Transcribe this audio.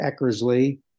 Eckersley